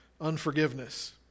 unforgiveness